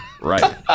Right